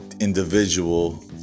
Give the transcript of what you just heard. individual